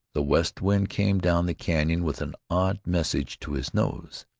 the west wind came down the canon with an odd message to his nose.